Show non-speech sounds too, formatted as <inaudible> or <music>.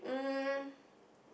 um <breath>